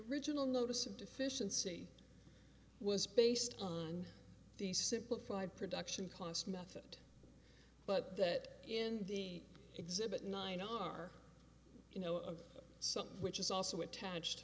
original notice of deficiency was based on the simplified production cost method but that in the exhibit nine are you know of something which is also attached